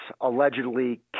allegedly